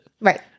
Right